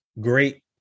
Great